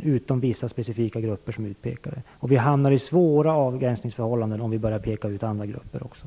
av utom vissa specifika grupper, som är utpekade. Vi hamnar i svåra avgränsningar om vi skall peka ut andra grupper också.